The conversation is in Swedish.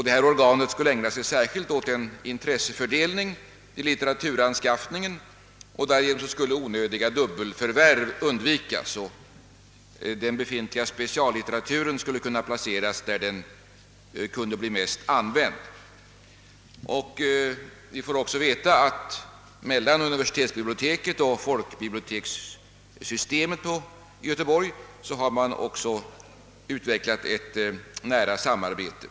Detta organ skulle speciellt ägna sig åt en intresseuppdelning vid litteraturanskaffningen, varigenom onödiga dubbelförvärv skulle undvikas och den befintliga speciallitteraturen kunna placeras där den kunde bli mest använd. Vi får också veta att det mellan universitetsbiblioteket och folkbibliotekssystemet i Göteborg har utvecklats ett nära samarbete.